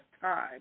time